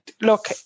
look